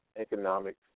economics